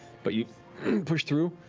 but you push through,